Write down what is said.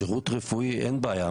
בשירות הרפואי אין בעיה.